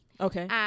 Okay